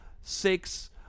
six